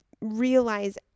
realize